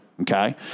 Okay